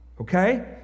okay